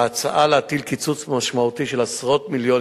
ההצעה להטיל קיצוץ משמעותי של עשרות מיליונים